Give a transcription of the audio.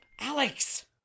Alex